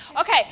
Okay